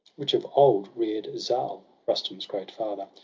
which of old rear'd zal, rustum's great father,